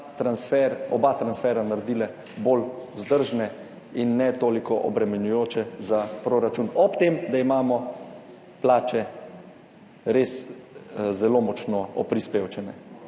oba transfera naredile bolj vzdržne in ne toliko obremenjujoče za proračun, ob tem, da imamo plače res zelo močno »oprispevčene«,